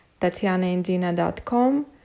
tatianaindina.com